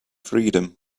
freedom